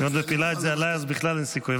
אם את מפילה את זה עליי, אז בכלל אין סיכוי.